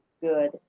good